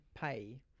pay